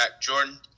Jordan